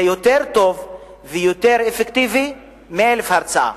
זה טוב יותר ואפקטיבי יותר מאלף הרצאות.